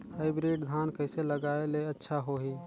Hybrid धान कइसे लगाय ले अच्छा होही?